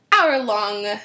hour-long